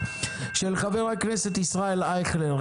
של חבר הכנסת ישראל אייכלר,